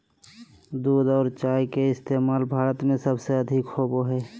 दूध आर चाय के इस्तमाल भारत में सबसे अधिक होवो हय